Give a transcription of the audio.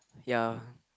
ya